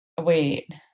Wait